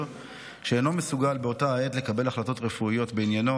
שאינו מסוגל באותה העת לקבל החלטות רפואיות בעניינו,